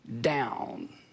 down